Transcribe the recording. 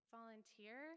Volunteer